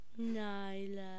Nyla